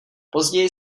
později